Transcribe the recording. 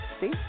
See